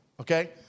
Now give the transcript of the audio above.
okay